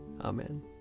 Amen